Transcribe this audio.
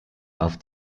auf